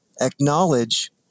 acknowledge